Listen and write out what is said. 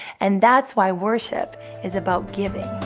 and that's why worship is about giving.